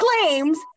claims